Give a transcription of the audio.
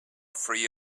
free